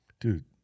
Dude